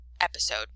episode